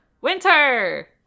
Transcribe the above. winter